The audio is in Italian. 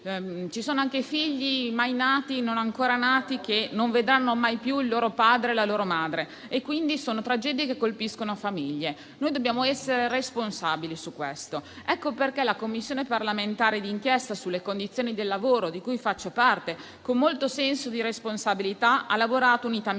ci sono figli, anche non ancora nati, che non vedranno mai il loro padre o la loro madre. Sono tragedie che colpiscono famiglie. Noi dobbiamo essere responsabili su questo. Ecco perché la Commissione parlamentare di inchiesta sulle condizioni del lavoro, di cui faccio parte, con molto senso di responsabilità ha lavorato unitamente